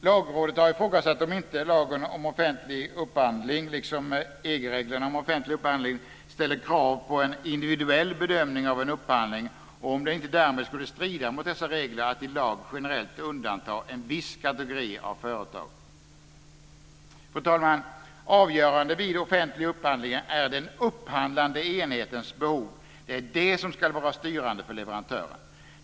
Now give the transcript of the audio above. Lagrådet har ifrågasatt om inte lagen om offentlig upphandling, liksom EG-reglerna om offentlig upphandling, ställer krav på en individuell bedömning av en upphandling och om det inte därmed skulle strida mot dessa regler att i lag generellt undanta en viss kategori av företag. Fru talman! Avgörande vid offentlig upphandling är den upphandlande enhetens behov. Det är det som ska vara styrande för leverantören.